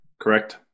correct